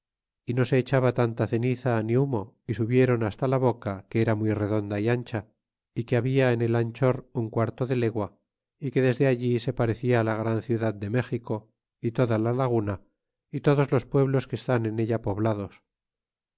y no echaba tanta ceniza ni humo y subieron hasta la boca que era muy redonda y ancha y que habia en el anchor un quarto de legua y que desde allí se parecia la gran ciudad de méxico y toda la laguna y todos los pueblos que está en ella poblados